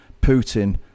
Putin